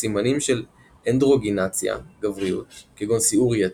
לסימנים של אנדרוגניזציה גבריות כגון שיעור יתר,